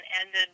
ended